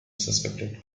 suspected